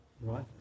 Right